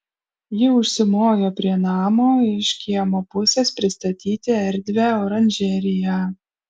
ji užsimojo prie namo iš kiemo pusės pristatyti erdvią oranžeriją